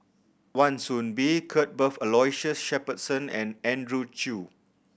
Wan Soon Bee Cuthbert Aloysius Shepherdson and Andrew Chew